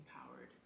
empowered